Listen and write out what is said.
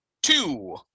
Two